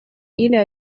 или